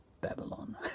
Babylon